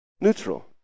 neutral